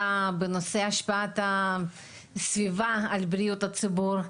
בנושא השפעת הסביבה על בריאות הציבור.